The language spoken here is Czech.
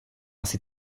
asi